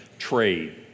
trade